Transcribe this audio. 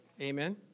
Amen